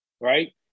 right